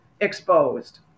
Exposed